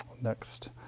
next